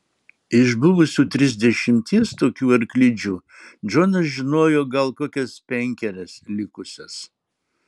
iš buvusių trisdešimties tokių arklidžių džonas žinojo gal kokias penkerias likusias